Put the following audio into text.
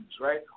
right